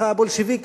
המהפכה הבולשביקית.